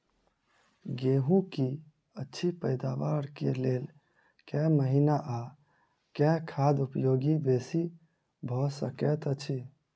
गेंहूँ की अछि पैदावार केँ लेल केँ महीना आ केँ खाद उपयोगी बेसी भऽ सकैत अछि?